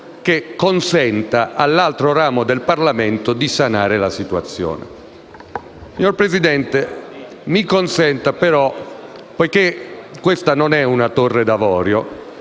che consenta all'altro ramo del Parlamento di sanare la situazione.